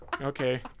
okay